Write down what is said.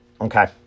Okay